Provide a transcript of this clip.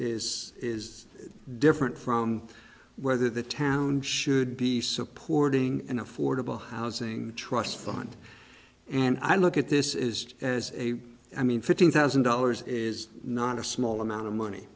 is is different from whether the town should be supporting an affordable housing trust fund and i look at this is as a i mean fifteen thousand dollars is not a small amount of money